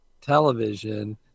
television